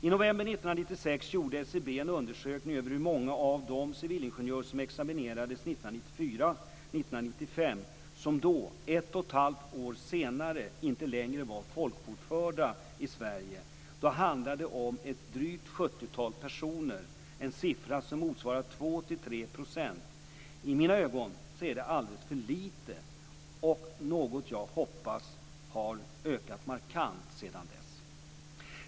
I november 1996 gjorde SCB en undersökning över hur många av de civilingenjörer som examinerades 1994 och 1995 som då, ett och ett halvt år senare, inte längre var folkbokförda i Sverige. Då handlade det om ett sjuttiotal personer - en siffra som motsvarar 2-3 %. I mina ögon är det alldeles för lite. Jag hoppas att antalet har ökat markant sedan dess.